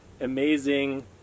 amazing